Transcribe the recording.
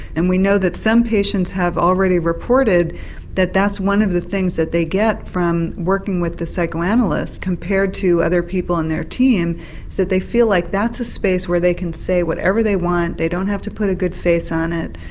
and we know that some patients have already reported that that's one of the things that they get from working with the psychoanalyst compared to other people on their team so they feel like that's a space where they can say whatever they want, they don't have to put a good face on it,